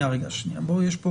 יש פה